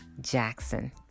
Jackson